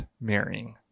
marrying